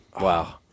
Wow